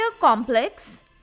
complex